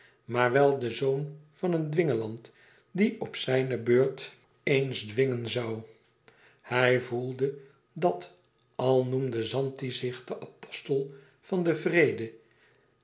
maar wel den zoon van een dwingeland die op zijne beurt eens dwingen zoû hij voelde dat al noemde zanti zich den apostel van den vrede